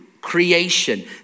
creation